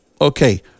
Okay